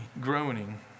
groaning